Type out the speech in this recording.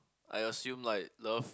I assume like love